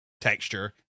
texture